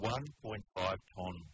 1.5-ton